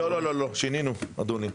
לא, שינינו אדוני.